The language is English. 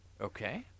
Okay